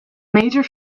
major